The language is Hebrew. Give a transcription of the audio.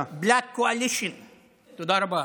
רבה.